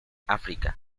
áfrica